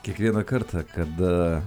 kiekvieną kartą kada